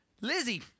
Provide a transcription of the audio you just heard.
Lizzie